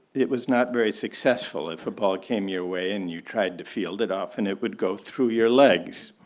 it was not very successful if a ball came your way and you tried to field it off and it would go through your legs.